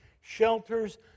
shelters